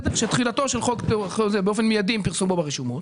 שתחילתו של חוק זה באופן מיידי עם פרסומו ברשומות.